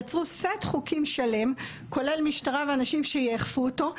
יצרו סט חוקים שלם כולל משטרה ואנשים שיאכפו אותו,